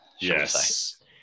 Yes